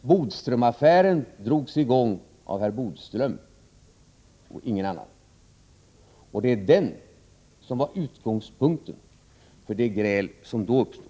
Bodströmaffären drogs i gång av herr Bodström, och ingen annan. Det är Bodströmaffären som var utgångspunkten för det gräl som då uppstod.